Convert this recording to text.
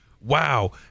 wow